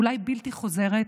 אולי בלתי חוזרת,